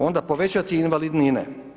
Onda povećati invalidnine.